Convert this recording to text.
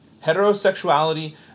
heterosexuality